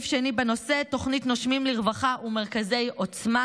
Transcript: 2. תוכנית "נושמים לרווחה" ומרכזי עוצמה,